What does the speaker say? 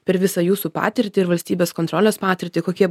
per visą jūsų patirtį ir valstybės kontrolės patirtį kokie